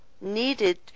needed